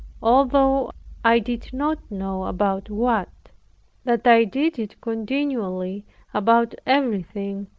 although i did not know about what that i did it continually about everything,